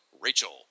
Rachel